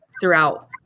throughout